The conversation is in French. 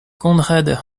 conrad